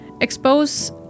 expose